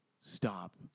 stop